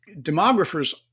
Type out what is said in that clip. Demographers